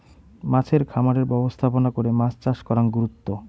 মাছের খামারের ব্যবস্থাপনা করে মাছ চাষ করাং গুরুত্ব